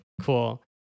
Cool